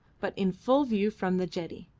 but in full view from the jetty.